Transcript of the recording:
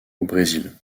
brésil